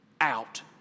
out